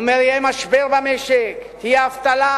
הוא אומר שיהיה משבר במשק, תהיה אבטלה,